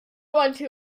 unto